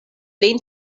lin